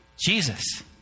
Jesus